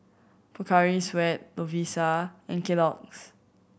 Pocari Sweat Lovisa and Kellogg's